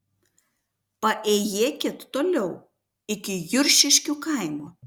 paėjėkit toliau iki juršiškių kaimo